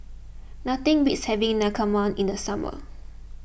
nothing beats having Naengmyeon in the summer